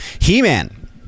He-Man